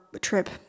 trip